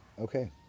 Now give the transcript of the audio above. okay